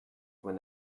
were